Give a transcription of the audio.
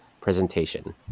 presentation